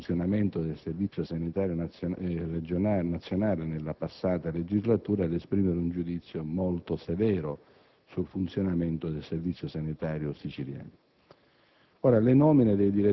la Commissione d'inchiesta sul funzionamento del Servizio sanitario nazionale nella passata legislatura ad esprimere un giudizio molto severo sul funzionamento del servizio sanitario siciliano.